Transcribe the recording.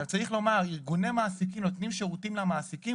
צריך לומר: ארגוני מעסיקים נותנים שירותים למעסיקים,